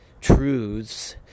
truths